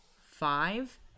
five